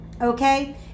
Okay